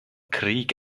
krieg